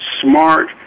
smart